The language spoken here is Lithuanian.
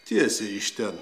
tiesiai iš ten